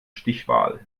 stichwahl